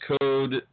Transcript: Code